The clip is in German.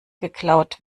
geklaut